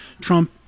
trump